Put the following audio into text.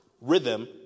rhythm